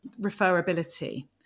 referability